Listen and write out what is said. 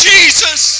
Jesus